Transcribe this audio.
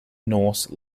norse